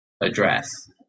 address